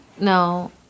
No